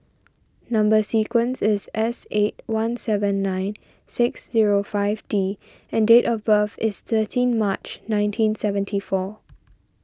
Number Sequence is S eight one seven nine six zero five D and date of birth is thirteen March nineteen seventy four